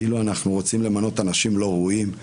כאילו אנחנו רוצים למנות אנשים לא ראויים.